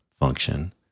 function